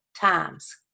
times